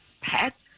pets